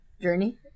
Journey